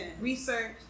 research